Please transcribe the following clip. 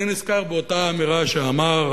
אני נזכר באותה אמירה שאמר,